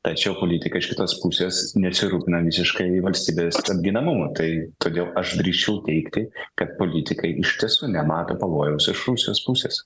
tačiau politikai iš kitos pusės nesirūpina visiškai valstybės apginamumu tai todėl aš drįsčiau teigti kad politikai iš tiesų nemato pavojaus iš rusijos pusės